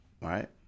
right